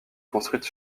construites